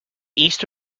east